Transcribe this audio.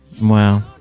Wow